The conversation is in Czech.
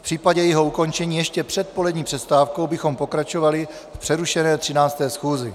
V případě jejího ukončení ještě před polední přestávkou bychom pokračovali v přerušené 13. schůzi.